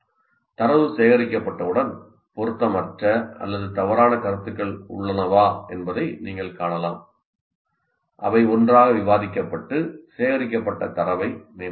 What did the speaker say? தரவு சேகரிக்கப்பட்டவுடன் பொருத்தமற்ற அல்லது தவறான கருத்துக்கள் உள்ளனவா என்பதை நீங்கள் காணலாம் அவை ஒன்றாக விவாதிக்கப்பட்டு சேகரிக்கப்பட்ட தரவை மேம்படுத்தலாம்